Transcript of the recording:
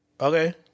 Okay